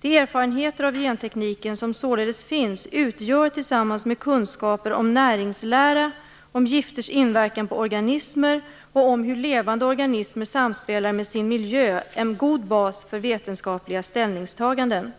De erfarenheter av gentekniken som således finns utgör, tillsammans med kunskaper om näringslära, om gifters inverkan på organismer och om hur levande organismer samspelar med sin miljö, en god bas för vetenskapliga ställningstaganden.